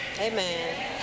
Amen